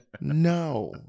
No